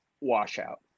washout